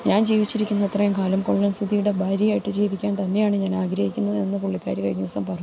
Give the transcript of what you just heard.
ഞാൻ ജീവിച്ചിരിക്കുന്ന അത്രയും കാലം കൊല്ലം സുധീടെ ഭാര്യയായിട്ട് ജീവിക്കാൻ തന്നെയാണ് ഞാൻ ആഗ്രഹിക്കുന്നത് എന്ന് പുള്ളിക്കാരി കഴിഞ്ഞ ദിവസം പറഞ്ഞു